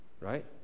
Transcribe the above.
Right